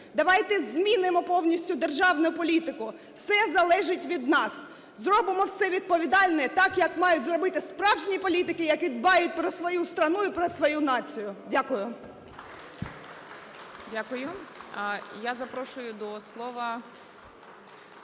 Давайте змінимо повністю державну політику, все залежить від нас. Зробимо все відповідально так як мають зробити справжні політики, які дбають про свою страну і про свою націю. Дякую. ГОЛОВУЮЧИЙ. Дякую. І я запрошую до слова…